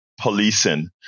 policing